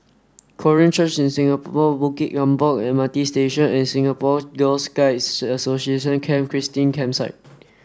Korean Church in Singapore Bukit Gombak M R T Station and Singapore Girl Guides Association Camp Christine Campsite